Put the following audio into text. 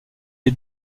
est